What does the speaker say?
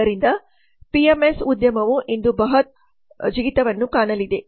ಆದ್ದರಿಂದ ಪಿಎಂಎಸ್ ಉದ್ಯಮವು ಇಂದು ಒಂದು ಬೃಹತ್ ಜಿಗಿತವನ್ನು ಕಾಣಲಿದೆ